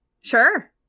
Sure